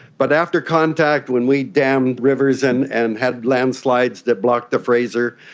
but after contact, when we damned rivers and and had landslides that blocked the fraser,